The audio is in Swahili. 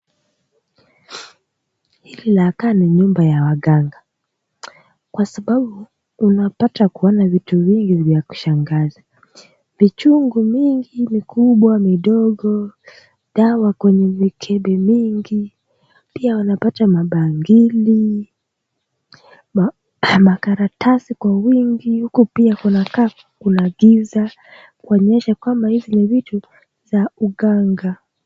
Hili linakaa ni nyumba la waganga kwa sababu unapata kuna vitu vingi vya kushangaza, michungu mimi mikubwa midogo dawa kwenye mikebe mingi pia unapata mabangili, makaratasi kwa wingi huko pia kunakaa kuna giza kuonyesha kwamba hivi vitu ya uganga.